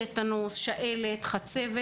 טטאנוס, שעלת, חצבת.